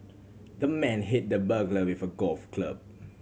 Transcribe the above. the man hit the burglar with a golf club